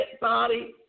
body